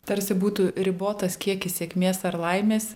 tarsi būtų ribotas kiekis sėkmės ar laimės